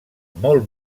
molt